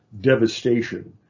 devastation